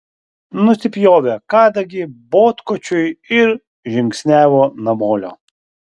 nusipjovė kadagį botkočiui ir žingsniavo namolio